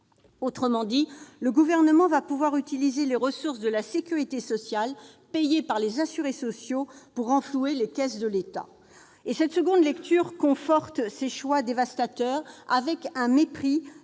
Autrement dit, le Gouvernement va pouvoir utiliser les ressources de la sécurité sociale, payées par les assurés sociaux, pour renflouer les caisses de l'État. Cette nouvelle lecture conforte ces choix dévastateurs et témoigne d'un